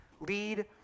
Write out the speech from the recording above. lead